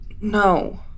No